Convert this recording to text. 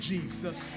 Jesus